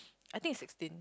I think it's sixteen